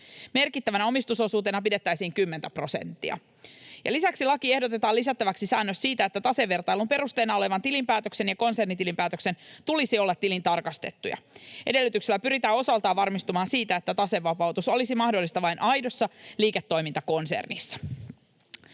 Merkittävänä omistusosuutena pidettäisiin 10:tä prosenttia. Lisäksi lakiin ehdotetaan lisättäväksi säännös siitä, että tasevertailun perusteena olevan tilinpäätöksen ja konsernitilinpäätöksen tulisi olla tilintarkastettuja. Edellytyksellä pyritään osaltaan varmistumaan siitä, että tasevapautus olisi mahdollista vain aidossa liiketoimintakonsernissa.